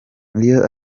iyo